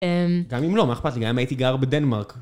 גם אם לא, מה אכפת לי? גם אם הייתי גר בדנמרק